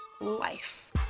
life